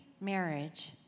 marriage